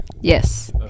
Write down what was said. Yes